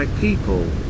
People